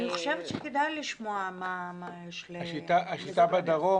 אני חושבת שכדאי לשמוע מה יש להם לומר.